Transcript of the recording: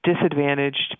disadvantaged